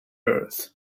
earth